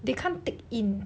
they can't take in